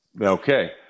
Okay